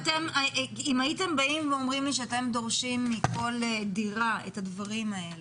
אם הייתם באים ואומרים לי שאתם דורשים מכל דירה את הדברים האלו,